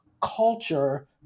culture